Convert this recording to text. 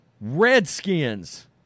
Redskins